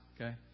Okay